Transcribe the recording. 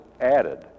added